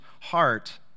heart